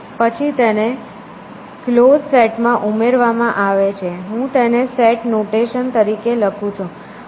પછી તેને close set માં ઉમેરવામાં આવે છે હું તેને સેટ નોટેશન તરીકે લખી શકું છું